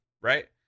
right